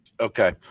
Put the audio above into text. Okay